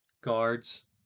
guards